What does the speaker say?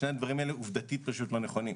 שני הדברים האלה עובדתית לא נכונים.